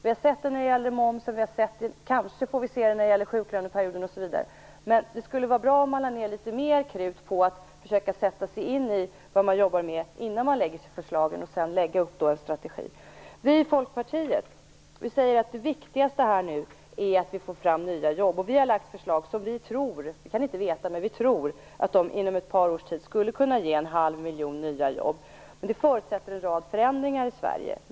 Vi har sett när det gäller momsen, och kanske får vi se det när det gäller sjuklöneperioden. Det skulle vara bra om man lade ner litet mer krut på att försöka sätta sig in i det man jobbar med innan man lägger fram förslagen och sedan lade upp en strategi. Vi i Folkpartiet säger att det viktigaste är nu att vi får fram nya jobb, Vi har lagt fram förslag som vi tror - det kan vi inte veta - inom ett par års tid skulle kunna ge en halv miljon nya jobb. Det förutsätter en rad förändringar i Sverige.